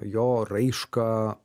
jo raišką